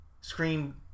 Scream